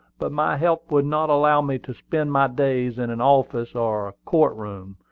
but my health would not allow me to spend my days in an office or a court-room.